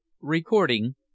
Recording